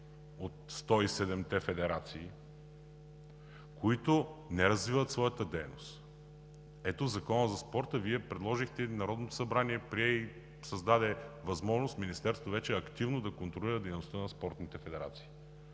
от 107-те федерации, които не развиват своята дейност. В Закона за спорта Вие предложихте, Народното събрание прие и създаде възможност Министерството вече активно да контролира дейността на спортните федерации,